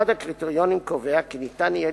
אחד הקריטריונים קובע כי ניתן יהיה